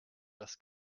das